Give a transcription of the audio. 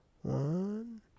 One